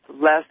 less